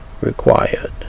required